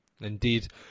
Indeed